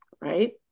right